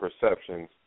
perceptions